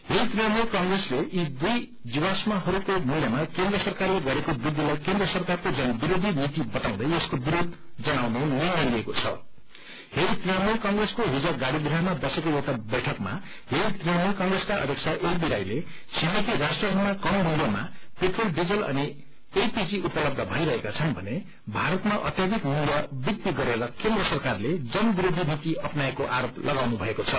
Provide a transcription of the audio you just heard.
हित तृणमूल क्र्रेसले यी दुई जीवाश्महरूको मूल्खमा केन्द्र सरकारले गरेको वृद्धिलाई केन्द्र सरकारको जन विरोधी नीति बताउँदै यसको विरोध जनाउने निर्णय लिएको छ हिल तृणमूल कंप्रेसको हिज गाड़ीपुरामा बसेको एउटा बैठकमा हिल तृणमूल कंप्रेसका अध्यक्ष एलमी राईले छिमेकी राष्ट्रहरूमा कम मूल्यमा पेट्रोल डिजल अनि एलपीजी उपलब्य भईरोका छन् भने भारतमा अत्पधिक मूल्य वृद्धि गरेर केन्द्र सरकारले जन विरोषी नीति अपनाएको आरोप लागाउनु भएको छ